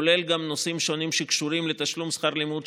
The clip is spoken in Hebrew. כולל גם נושאים שונים שקשורים לתשלום שכר לימוד,